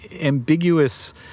ambiguous